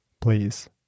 Please